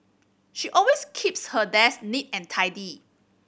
she always keeps her desk neat and tidy